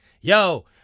Yo